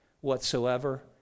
whatsoever